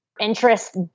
interest